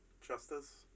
Justice